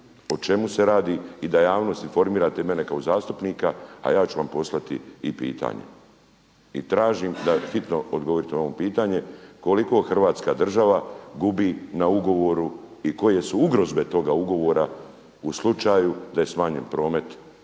o čemu se radi i da javnost informirate i mene kao zastupnika, a ja ću vam poslati i pitanje. I tražim da hitno odgovorite na ovo pitanje, koliko Hrvatska država gubi na ugovoru i koje su ugroze toga ugovora u slučaju da je smanjen promet